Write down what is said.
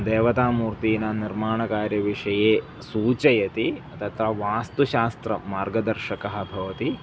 देवतामूर्तीनां निर्माणकार्यविषये सूचयति तत्र वास्तुशास्त्रमार्गदर्शकः भवति